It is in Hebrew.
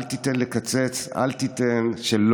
אל תיתן לקצץ.